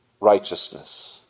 Righteousness